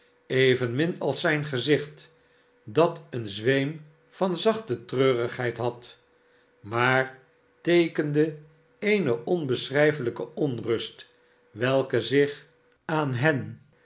evenmin als zijn gezicht dat een zweem van zachte treurigheid had maar teekende eene onbeschrijfelijke onrust welke zich aan hen